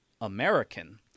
american